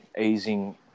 easing